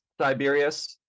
Siberius